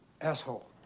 asshole